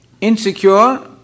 insecure